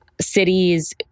cities